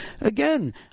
again